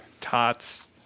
tots